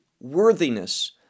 worthiness